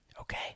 Okay